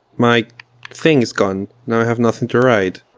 my thing's gone, now i have nothing to ride.